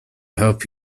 hope